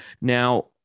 Now